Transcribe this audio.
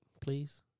please